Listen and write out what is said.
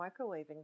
microwaving